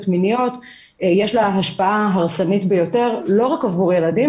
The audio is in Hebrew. מיניות יש להם השפעה הרסנית ביותר לא רק עבור הילדים,